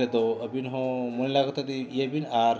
ᱨᱮᱫᱚ ᱟᱹᱵᱤᱱ ᱦᱚᱸ ᱢᱚᱱᱮ ᱞᱟᱜᱟᱣ ᱠᱟᱛᱮᱫ ᱤᱭᱟᱹᱭ ᱵᱤᱱ ᱟᱨ